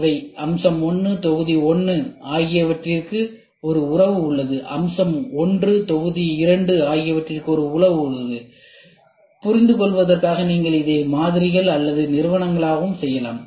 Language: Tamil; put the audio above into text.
எனவே அம்சம் 1 தொகுதி 1 ஆகியவற்றிற்கு ஒரு உறவு உள்ளது அம்சம் 1 தொகுதி 2 ஆகியவற்றிற்கு ஒரு உறவு உள்ளது புரிந்துகொள்வதற்காக நீங்கள் இதை மாதிரிகள் அல்லது நிறுவனங்களாகவும் செய்யலாம்